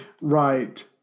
Right